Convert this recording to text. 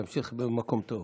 תמשיך במקום טוב.